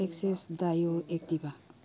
access dio Activa